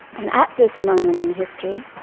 and at this moment in history,